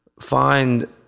find